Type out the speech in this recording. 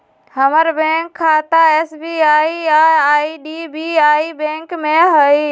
हमर बैंक खता एस.बी.आई आऽ आई.डी.बी.आई बैंक में हइ